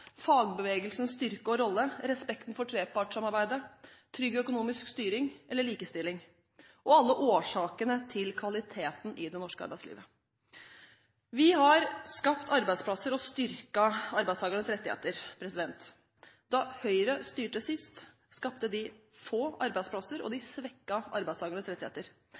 rolle, respekten for trepartssamarbeidet, trygg økonomisk styring, likestilling eller alle årsakene til kvaliteten i det norske arbeidslivet. Vi har skapt arbeidsplasser og styrket arbeidstakernes rettigheter. Da Høyre styrte sist, skapte de få arbeidsplasser, og de svekket arbeidstakernes rettigheter.